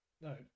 No